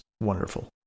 wonderful